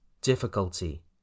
difficulty